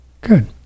Good